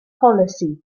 polisi